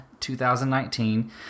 2019